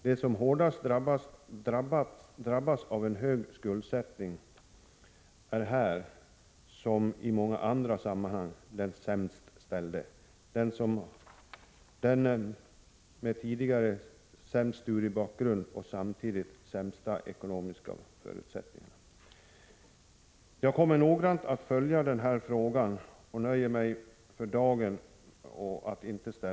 De som hårdast drabbas av en stor skuldsättning är i detta sammanhang, liksom i många andra sammanhang, de sämst ställda — dvs. de som har den sämsta studiebakgrunden och som samtidigt har de sämsta ekonomiska förutsättningarna. Jag kommer att noggrant följa denna fråga. För dagen nöjer jag mig med vad jag här har sagt.